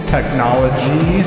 Technology